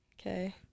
Okay